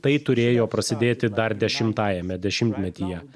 tai turėjo prasidėti dar dešimtajame dešimtmetyje